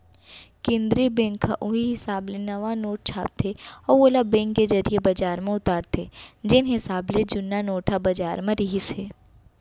केंद्रीय बेंक ह उहीं हिसाब ले नवा नोट छापथे अउ ओला बेंक के जरिए बजार म उतारथे जेन हिसाब ले जुन्ना नोट ह बजार म रिहिस हे